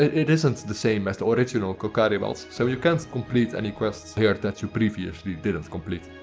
it isn't the same as the orginal korcari wilds, so you can't complete any quests here that you previously didn't complete.